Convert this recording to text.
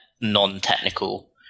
non-technical